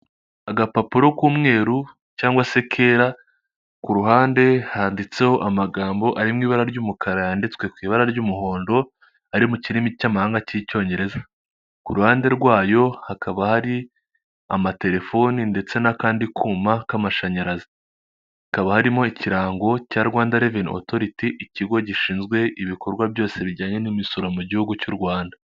Agapapuro k'umweru cyangwa se kera, ku ruhande handitseho amagambo arimo ibara ry'umukara yanditswe ku ibara ry'umuhondo, ari mu kirimi cy'amahanga cy'icyongereza, ku ruhande rwayo hakaba hari amatelefoni ndetse n'akandi kuma k'amashanyarazi, hakaba harimo ikirango cya rwanda reveniyu otoriti, ikigo gishinzwe ibikorwa byose bijyanye n'imisoro mu gihugu cy'u Rwanda.